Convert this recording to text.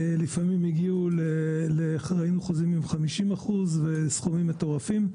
לפעמים הגיעו ל-50% וסכומים מטורפים.